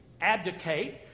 abdicate